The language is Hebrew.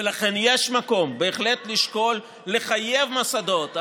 ולכן יש מקום לשקול בהחלט לחייב מוסדות,